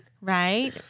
Right